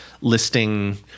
listing